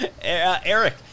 Eric